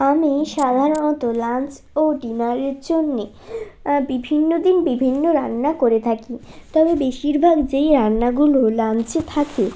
আমি সাধারণত লাঞ্চ ও ডিনারের জন্যে বিভিন্ন দিন বিভিন্ন রান্না করে থাকি তবে বেশিরভাগ যেই রান্নাগুলো লাঞ্চে থাকে